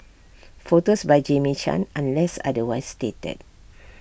photos by Jamie chan unless otherwise stated